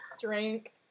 Drink